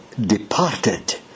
departed